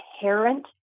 inherent